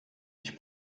ich